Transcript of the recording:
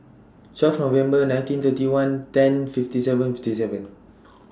twelve November nineteen thirty one ten fifty seven fifty seven